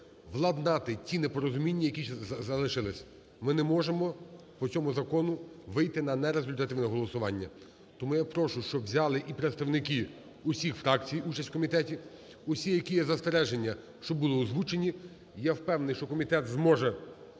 владнати ті непорозуміння, які залишились. Ми не можемо по цьому закону вийти на нерезультативне голосування. Тому я прошу, щоб взяли і представники усіх фракцій, участь в комітеті, усі, які є застереження, що були озвучені. І я впевнений, що комітет зможе